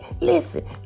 listen